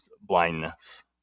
blindness